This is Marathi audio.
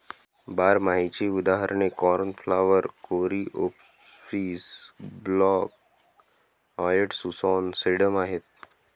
बारमाहीची उदाहरणे cornflower, coreopsis, black eyed Susan, sedum आहेत